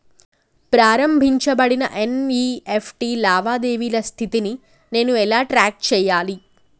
ప్రారంభించబడిన ఎన్.ఇ.ఎఫ్.టి లావాదేవీల స్థితిని నేను ఎలా ట్రాక్ చేయాలి?